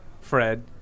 Fred